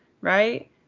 right